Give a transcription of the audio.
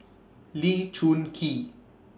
Lee Choon Kee